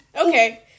Okay